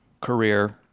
career